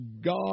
God